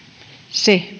se